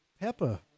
Peppa